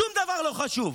שום דבר לא חשוב.